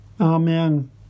Amen